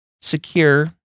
secure